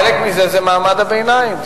חלק מזה זה מעמד הביניים.